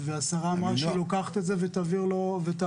והשרה אמרה שהיא לוקחת את זה והיא תעביר לוועדה.